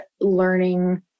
learning